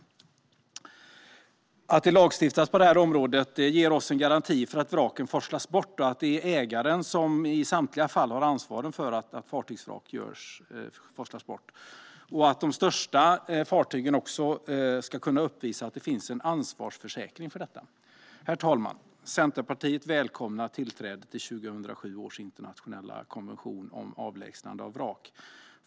Att det lagstiftas på området ger oss en garanti för att vraken forslas bort, att det är ägaren som i samtliga fall har ansvaret för att vrak forslas bort och att de största fartygen också ska kunna uppvisa att det finns en ansvarsförsäkring för detta. Herr talman! Centerpartiet välkomnar tillträdet till 2007 års internationella konvention om avlägsnande av vrak.